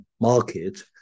market